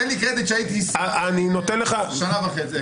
תן לי קרדיט שהייתי שר שנה וחצי.